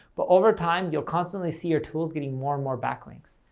but over time, you'll constantly see your tools getting more and more backlinks.